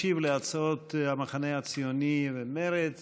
ישיב על הצעות המחנה הציוני ומרצ